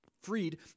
freed